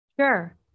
Sure